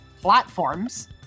platforms